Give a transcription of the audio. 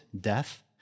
death